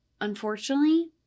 unfortunately